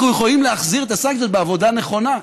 אנחנו יכולים להחזיר את הסנקציות בעבודה נכונה,